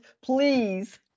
please